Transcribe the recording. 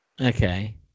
Okay